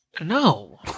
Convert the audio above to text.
No